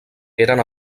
eren